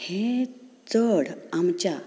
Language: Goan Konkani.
हें चड आमच्या